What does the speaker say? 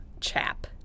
chap